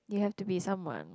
you have to be someone